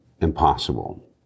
impossible